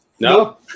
No